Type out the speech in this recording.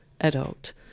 adult